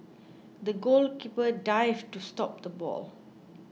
the goalkeeper dived to stop the ball